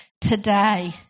today